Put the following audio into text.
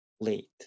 late